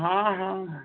हाँ हाँ